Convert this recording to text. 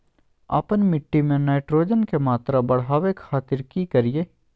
आपन मिट्टी में नाइट्रोजन के मात्रा बढ़ावे खातिर की करिय?